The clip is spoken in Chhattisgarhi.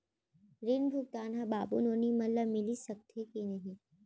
ऋण भुगतान ह बाबू नोनी मन ला मिलिस सकथे की नहीं?